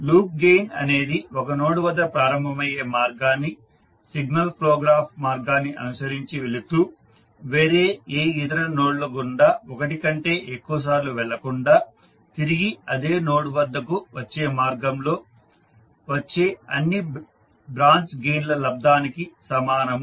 loop gain అనేది ఒక node వద్ద ప్రారంభమయ్యే మార్గాన్ని సిగ్నల్ ఫ్లో గ్రాఫ్ మార్గాన్ని అనుసరించి వెళుతూ వేరే ఏ ఇతర నోడ్ ల గుంఢా ఒకటికంటే ఎక్కువ సార్లు వెళ్లకుండా తిరిగి అదే నోడ్ వద్దకు వచ్చే మార్గంలో వచ్చే అన్ని బ్రాంచ్ గెయిన్ ల లబ్దానికి సమానము